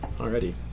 Already